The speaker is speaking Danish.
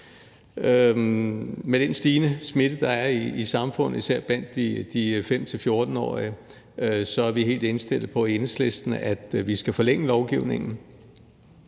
Med den stigende smitte, der er i samfundet, især blandt de 5-14-årige, er vi helt indstillet på i Enhedslisten, at vi skal forlænge lovgivningen.